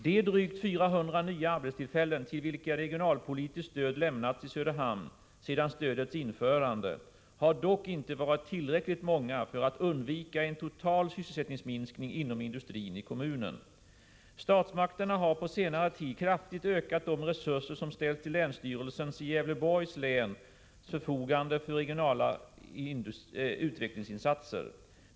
De drygt 400 nya arbetstillfällen till vilka regionalpolitiskt stöd lämnats i Söderhamn sedan stödets införande har dock inte varit tillräckligt många för att undvika en total sysselsättningsminskning inom industrin i kommunen. Statsmakterna har på senare tid kraftigt ökat de resurser som ställts till länsstyrelsens Gävleborgs län förfogande för regionala utvecklingsinsatser.